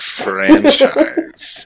franchise